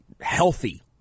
Healthy